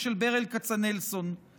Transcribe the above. התנועה הציונית ושל תנועת הפועלים העברית,